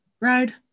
ride